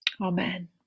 Amen